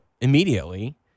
immediately